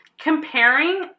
comparing